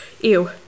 Ew